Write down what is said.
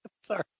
Sorry